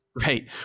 Right